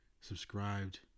subscribed